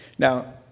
Now